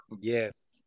Yes